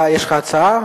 יש לך הצעה?